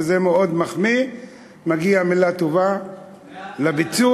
וזה מאוד מחמיא, מגיעה מילה טובה על הביצוע.